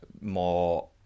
more